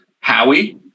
Howie